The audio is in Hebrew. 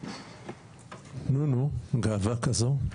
נו נו, גאווה כזו.